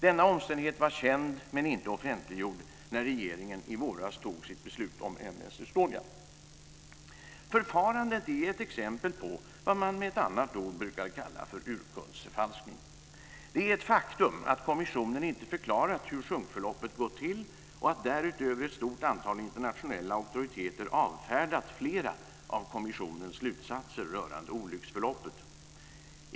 Denna omständighet var känd men inte offentliggjord när regeringen i våras fattade sitt beslut om M/S Estonia. Förfarandet är ett exempel på vad man med ett annat ord brukar kalla för urkundsförfalskning. Det är ett faktum att kommissionen inte förklarat hur sjunkförloppet har gått till och att därutöver ett stort antal internationella auktoriteter avfärdat flera av kommissionens slutsatser rörande olycksförloppet.